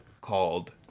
called